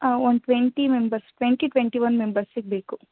ಒಂದು twenty members twenty twenty one ಮೆಂಬರ್ಸಿಗೆ ಬೇಕು